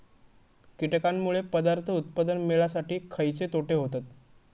कीटकांनमुळे पदार्थ उत्पादन मिळासाठी खयचे तोटे होतत?